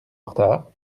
retard